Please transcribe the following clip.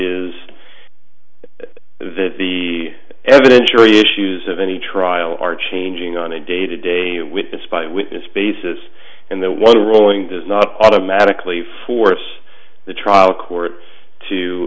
is the evidentiary issues of any trial are changing on a day to day witness by witness basis and the one ruling does not automatically force the trial court to